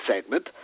segment